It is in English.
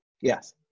Yes